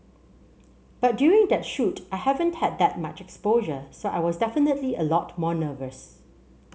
but during that shoot I haven't had that much exposure so I was definitely a lot more nervous